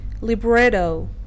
libretto